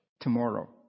tomorrow